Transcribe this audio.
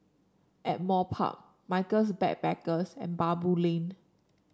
Ardmore Park Michaels Backpackers and Baboo Lane